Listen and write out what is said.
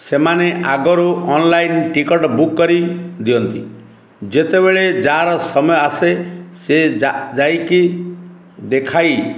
ସେମାନେ ଆଗରୁ online ticket book କରି ଦିଅନ୍ତି ଯେତେବେଳେ ଯାହାର ସମୟ ଆସେ ସେ ଯାଇକି ଦେଖାଇ